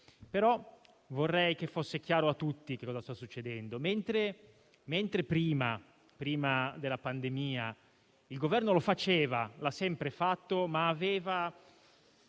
ma vorrei che fosse chiaro a tutti ciò che sta succedendo. Mentre prima della pandemia il Governo agiva così, lo ha sempre fatto, ma aveva